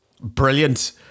brilliant